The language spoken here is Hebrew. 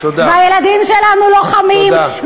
והילדים שלנו לוחמים,